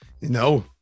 No